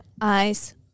eyes